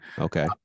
okay